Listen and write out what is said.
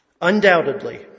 Undoubtedly